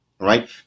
right